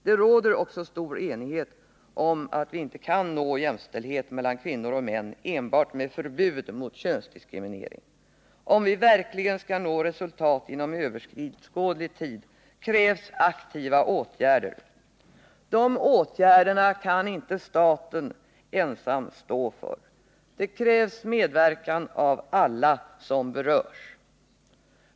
Det råder också stor enighet om att vi inte kan nå jämställdhet mellan kvinnor och män enbart med förbud mot könsdiskriminering. Om vi verkligen skall nå resultat inom överskådlig tid krävs aktiva åtgärder. De åtgärderna kan inte staten ensam stå för. Det krävs medverkan av alla som berörs.